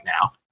now